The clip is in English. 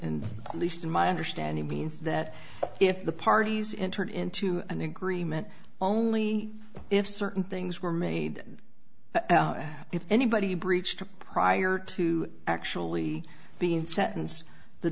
at least in my understanding means that if the parties in turn into an agreement only if certain things were made if anybody breached prior to actually being sentenced the